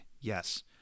Yes